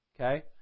Okay